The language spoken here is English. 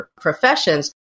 professions